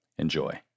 Enjoy